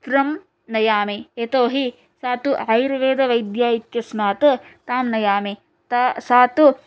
मित्रं नयामि यतोहि सा तु आयुर्वेदवैद्या इत्यस्मात् तां नयामि सा तु